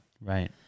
Right